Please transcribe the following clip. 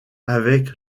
avec